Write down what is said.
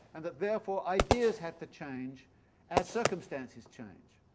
and that therefore ideas had to change as circumstances change.